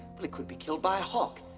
well, it could be killed by a hawk.